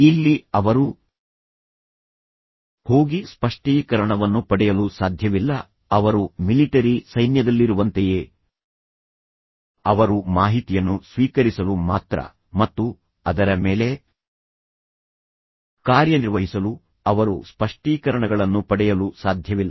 ಇಲ್ಲಿ ಅವರು ಹೋಗಿ ಸ್ಪಷ್ಟೀಕರಣವನ್ನು ಪಡೆಯಲು ಸಾಧ್ಯವಿಲ್ಲ ಅವರು ಮಿಲಿಟರಿ ಸೈನ್ಯದಲ್ಲಿರುವಂತೆಯೇ ಅವರು ಮಾಹಿತಿಯನ್ನು ಸ್ವೀಕರಿಸಲು ಮಾತ್ರ ಮತ್ತು ಅದರ ಮೇಲೆ ಕಾರ್ಯನಿರ್ವಹಿಸಲು ಅವರು ಸ್ಪಷ್ಟೀಕರಣಗಳನ್ನು ಪಡೆಯಲು ಸಾಧ್ಯವಿಲ್ಲ